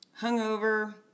hungover